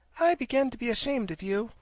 i begin to be ashamed of you,